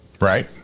Right